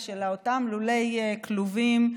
של אותם לולי כלובים,